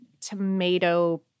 tomato